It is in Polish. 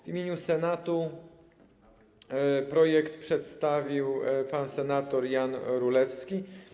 W imieniu Senatu projekt przedstawił pan senator Jan Rulewski.